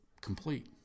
complete